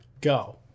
go